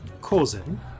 causing